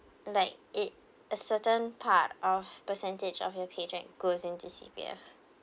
like it a certain part of percentage of your paycheck goes in to C_P_F